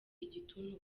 igituntu